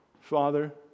Father